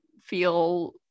feel